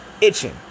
itching